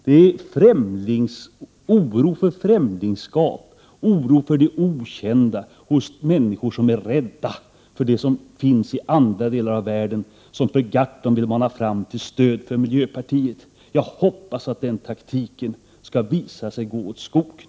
Det är fruktan för främlingar och oro för det okända hos människor som är rädda för det som finns i andra delar av världen som Per Gahrton vill mana fram till stöd för miljöpartiet. Jag hoppas att den taktiken skall visa sig gå åt skogen.